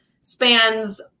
spans